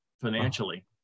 financially